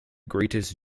greatest